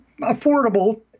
affordable